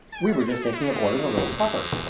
we were just thinking of ordering a little supper.